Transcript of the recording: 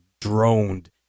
droned